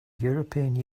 european